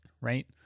right